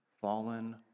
fallen